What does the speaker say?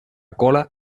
cola